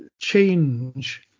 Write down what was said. change